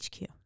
HQ